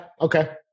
Okay